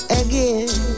again